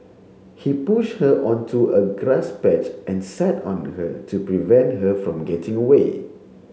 he pushed her onto a grass patch and sat on her to prevent her from getting away